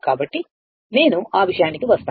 కాబట్టి నేను ఆ విషయానికి వస్తాను